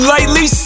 Lightly